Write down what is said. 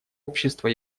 общества